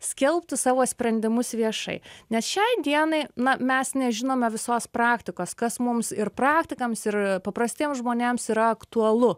skelbtų savo sprendimus viešai nes šiai dienai na mes nežinome visos praktikos kas mums ir praktikams ir paprastiems žmonėms yra aktualu